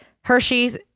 Hershey's